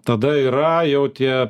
tada yra jau tie